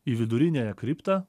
į viduriniąją kriptą